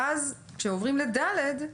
ואז כשעוברים ל-(ד),